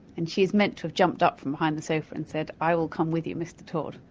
and she's meant to have jumped up from behind the sofa and said, i will come with you mr todd,